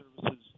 services